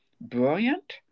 brilliant